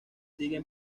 siguen